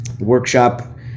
workshop